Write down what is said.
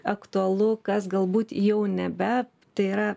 aktualu kas galbūt jau nebe tai yra